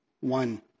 one